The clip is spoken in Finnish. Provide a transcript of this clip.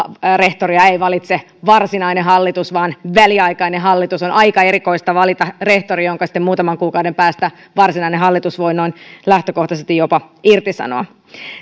rehtoria ei valitse varsinainen hallitus vaan väliaikainen hallitus on aika erikoista valita rehtori jonka sitten muutaman kuukauden päästä varsinainen hallitus voi noin lähtökohtaisesti jopa irtisanoa